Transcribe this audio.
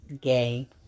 gay